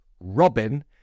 Robin